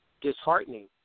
disheartening